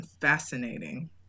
Fascinating